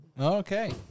Okay